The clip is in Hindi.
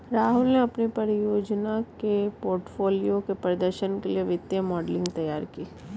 राहुल ने अपनी परियोजना के पोर्टफोलियो के प्रदर्शन के लिए वित्तीय मॉडलिंग तैयार की